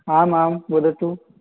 आमाम् वदतु